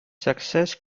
success